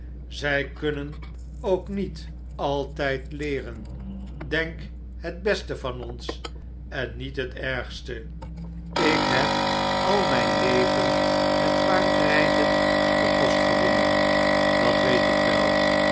zij kunnen ook niet altijd leeren denk het beste van ons en niet het ergste ik heb al mijn leven met paardrijden den kost gewonnen dat weet ik wei